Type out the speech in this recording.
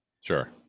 Sure